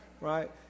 right